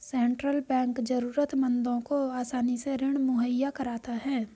central bank जरूरतमंदों को आसानी से ऋण मुहैय्या कराता है